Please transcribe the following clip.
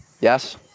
Yes